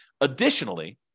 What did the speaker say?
Additionally